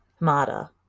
Hamada